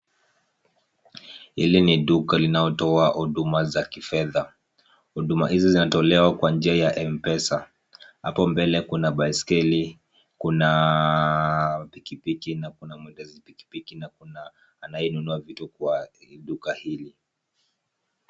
Hili ni duka linalotoa huduma za kifedha. Huduma hizi zinatolewa kwa njia ya M-pesa. Hapo mbele kuna baiskeli, kuna pikipiki na kuna mwendashai piki piki na kuna anayenunua vitu kwa duka hili.